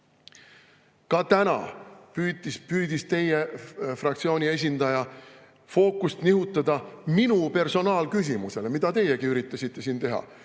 Ka täna püüdis teie fraktsiooni esindaja fookust nihutada minu personaalküsimusele, mida teiegi üritasite siin teha.